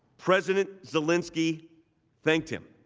president zelensky thanked him.